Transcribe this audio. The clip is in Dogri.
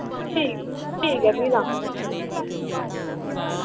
ठीक ठीक ऐ फ्ही तां